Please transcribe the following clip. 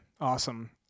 awesome